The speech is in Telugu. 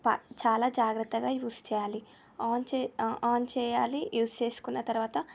ప చాలా జాగ్రత్తగా యూస్ చేయాలి ఆన్ చే ఆన్ చేయాలి యూస్ చేసుకున్న తర్వాత